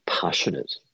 passionate